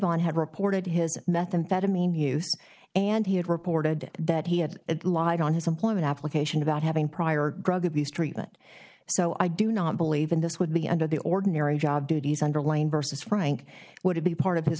vaughn had reported his methamphetamine use and he had reported that he had it lying on his employment application about having prior drug abuse treatment so i do not believe in this would be under the ordinary job duties underlying versus frank would it be part of his